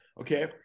okay